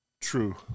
true